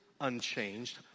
unchanged